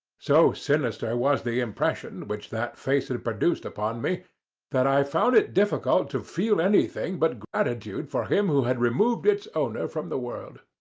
so sinister was the impression which that face had produced upon me that i found it difficult to feel anything but gratitude for him who had removed its owner from the world.